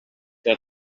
que